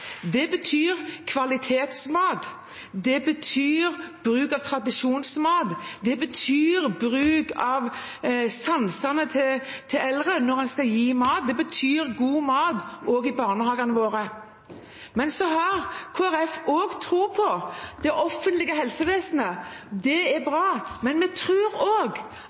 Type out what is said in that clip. Det betyr kvalitetsmat. Det betyr bruk av tradisjonsmat. Det betyr bruk av sansene til eldre når man skal gi mat. Det betyr god mat – også i barnehagene våre. Men så har Kristelig Folkeparti også tro på det offentlige helsevesenet. Det er bra. Men vi